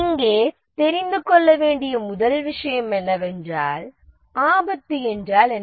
இங்கே தெரிந்து கொள்ள வேண்டிய முதல் விஷயம் என்னவென்றால் ஆபத்து என்றால் என்ன